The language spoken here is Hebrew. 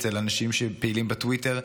אצל אנשים שהם פעילים בטוויטר,